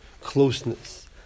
closeness